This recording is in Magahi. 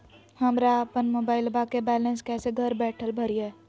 हमरा अपन मोबाइलबा के बैलेंस कैसे घर बैठल भरिए?